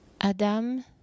Adam